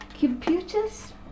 Computers